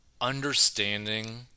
understanding